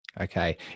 Okay